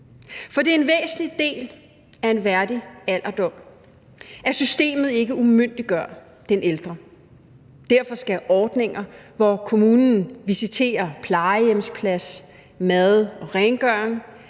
For det er en væsentlig del af en værdig alderdom, at systemet ikke umyndiggør den ældre. Derfor skal ordninger, hvor kommunen visiterer plejehjemsplads, mad og rengøring,